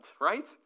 right